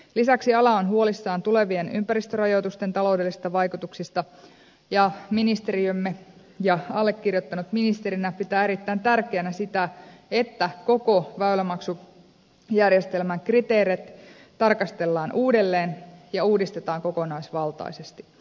lisäksi ala on huolissaan tulevien ympäristörajoitusten taloudellisista vaikutuksista ja ministeriömme ja allekirjoittanut ministerinä pitää erittäin tärkeänä sitä että koko väylämaksujärjestelmän kriteerit tarkastellaan uudelleen ja uudistetaan kokonaisvaltaisesti